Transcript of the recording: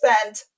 spent